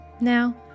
Now